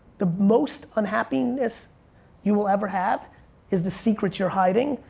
the most unhappiness you will ever have is the secret you're hiding,